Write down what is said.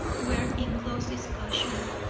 were in close discussion.